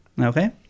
Okay